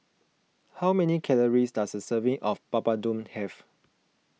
how many calories does a serving of Papadum have